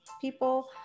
people